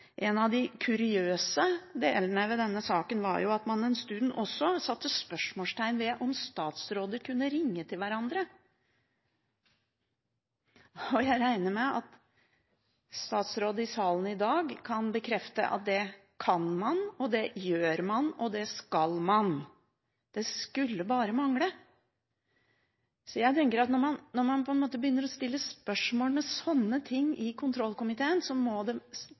En av de kuriøse delene ved denne saken var jo at man en stund også satte spørsmålstegn ved om statsråder kunne ringe til hverandre. Jeg regner med at statsråder i salen i dag kan bekrefte at det kan man, gjør man og skal man. Det skulle bare mangle. Da man begynte å stille spørsmål om slike ting i kontrollkomiteen, burde det